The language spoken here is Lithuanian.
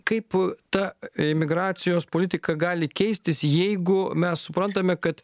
kaip ta imigracijos politika gali keistis jeigu mes suprantame kad